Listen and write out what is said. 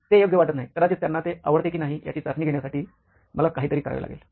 ते योग्य वाटत नाही कदाचित त्यांना ते आवडते की नाही याची चाचणी घेण्यासाठी मला काहीतरी करावे लागेल